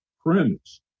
premise